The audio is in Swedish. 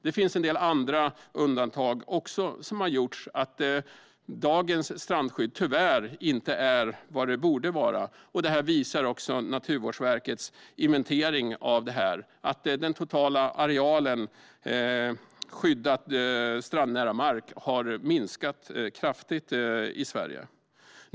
Det finns även en del andra undantag som har gjorts och som innebär att dagens strandskydd tyvärr inte är vad det borde vara. Naturvårdsverkets inventering visar också att den totala arealen skyddad strandnära mark har minskat kraftigt i Sverige.